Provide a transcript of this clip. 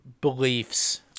beliefs